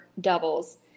doubles